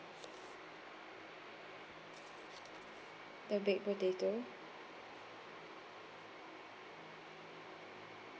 the baked potato